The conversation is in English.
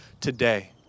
today